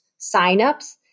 signups